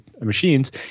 machines